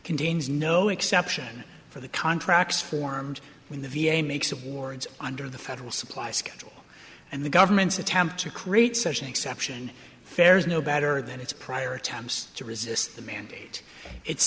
contains no exception for the contracts formed when the v a makes awards under the federal supply schedule and the government's attempt to create such an exception there is no better than its prior attempts to resist the mandate it